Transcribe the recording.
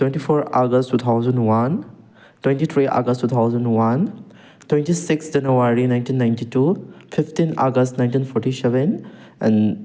twenty four August two thousand one twenty three August two thousand one twenty six January nineteen ninety two fifteen August nineteen forty seven and